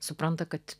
supranta kad